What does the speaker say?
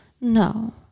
No